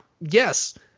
yes